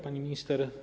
Pani Minister!